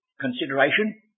consideration